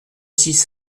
six